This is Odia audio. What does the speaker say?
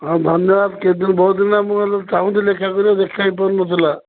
ହଁ ଧନ୍ୟବାଦ କେତେ ଦିନ ବହୁତ୍ ଦିନ ହେଲା ମୁଁ ହେ ଚାହୁଁଥିଲି ଦେଖା କରିବାକୁ ଦେଖା ହେଇପାରୁନଥିଲା